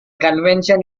convention